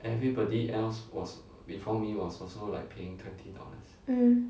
mm